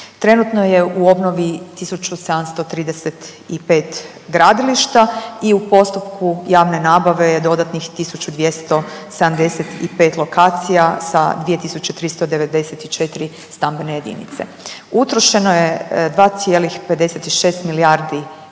Trenutno je u obnovu 1735 gradilišta i u postupku javne nabave je dodatnih 1275 lokacija sa 2394 stambene jedinice. Utrošeno je 2,56 milijardi